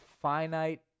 finite